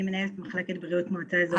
אני מנהלת מחלקת בריאות מהמועצה האזורית שומרון.